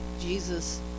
Jesus